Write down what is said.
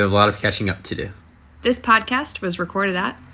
lot of catching up to do this podcast was recorded at.